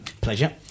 pleasure